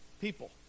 people